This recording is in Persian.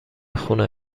خونه